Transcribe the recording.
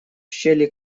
щели